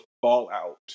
fallout